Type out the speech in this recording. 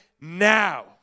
now